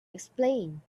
explain